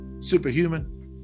superhuman